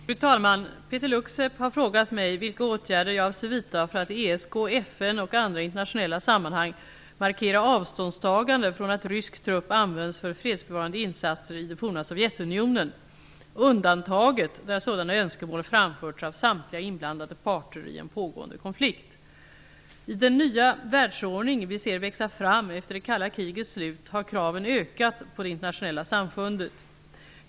Fru talman! Peeter Luksep har frågat mig vilka åtgärder jag avser vidta för att i ESK, FN och andra internationella sammanhang markera avståndstagande från att rysk trupp används för fredsbevarande insatser i det forna Sovjetunionen, undantaget där sådana önskemål framförts av samtliga inblandade parter i en pågående konflikt. I den nya världsordning vi ser växa fram efter det kalla krigets slut har kraven ökat på det internationella samfundet.